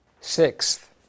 sixth